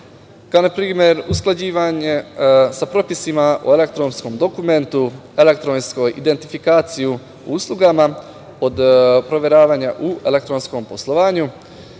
kao na primer usklađivanje sa propisima o elektronskom dokumentu, elektronskoj identifikaciji i uslugama, od proveravanja u elektronskom poslovanju